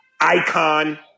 icon